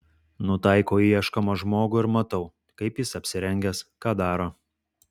nutaikau į ieškomą žmogų ir matau kaip jis apsirengęs ką daro